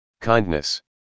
Kindness